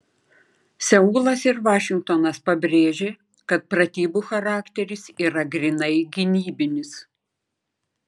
seulas ir vašingtonas pabrėžė kad pratybų charakteris yra grynai gynybinis